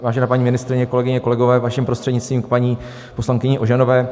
Vážené paní ministryně, kolegyně, kolegové, vaším prostřednictvím, k paní poslankyni Ožanové.